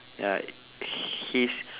ya he's